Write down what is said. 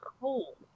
cool